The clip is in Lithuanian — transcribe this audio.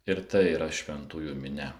ir tai yra šventųjų minia